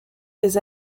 des